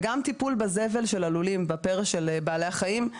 גם טיפול בזבל של הלולים, זה משהו